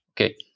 Okay